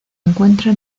encuentra